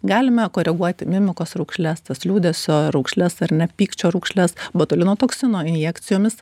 galime koreguoti mimikos raukšles tas liūdesio raukšles ar net pykčio raukšles botulino toksino injekcijomis